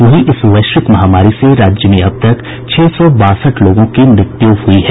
वही इस वैश्विक महामारी से राज्य में अब तक छह सौ बासठ लोगों की मृत्यु हुई है